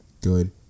good